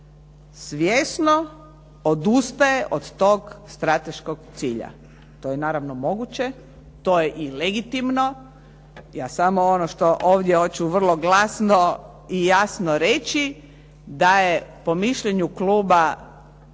svjesno odustaje od tog strateškog cilja. To je naravno moguće, to je i legitimno. Ja samo ono što ovdje hoću vrlo glasno i jasno reći da je po mišljenju kluba